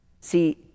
See